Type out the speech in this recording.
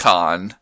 Con